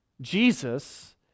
Jesus